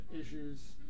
issues